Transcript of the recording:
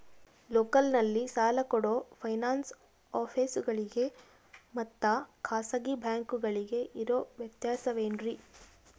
ಲೋಕಲ್ನಲ್ಲಿ ಸಾಲ ಕೊಡೋ ಫೈನಾನ್ಸ್ ಆಫೇಸುಗಳಿಗೆ ಮತ್ತಾ ಖಾಸಗಿ ಬ್ಯಾಂಕುಗಳಿಗೆ ಇರೋ ವ್ಯತ್ಯಾಸವೇನ್ರಿ?